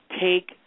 take